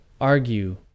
argue